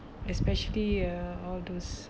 especially uh all those